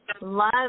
love